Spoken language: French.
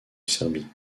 serbie